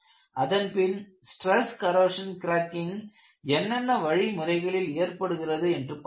அதன்பின் stress corrosion cracking என்னென்ன வழிமுறைகளில் ஏற்படுகிறது என்று பார்த்தோம்